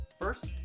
First